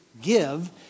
give